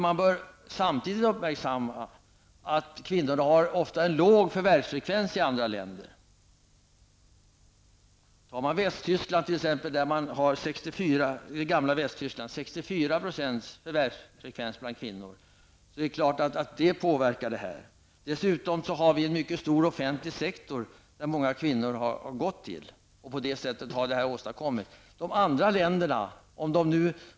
Man bör samtidigt uppmärksamma att kvinnorna ofta har en låg förvärvsfrekvens i andra länder. I det gamla 64 %. Det är klart att det påverkar statistiken. Dessutom har vi en mycket stor offentlig sektor som många kvinnor har gått till.